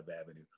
Avenue